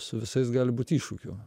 su visais gali būti iššūkių